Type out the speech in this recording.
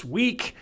week